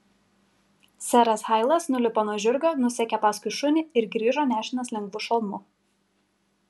seras hailas nulipo nuo žirgo nusekė paskui šunį ir grįžo nešinas lengvu šalmu